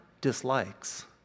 dislikes